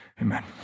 Amen